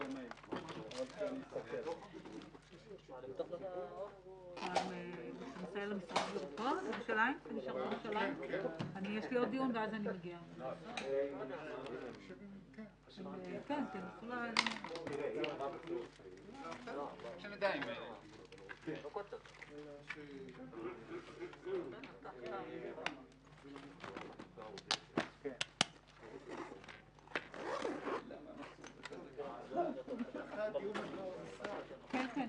11:02.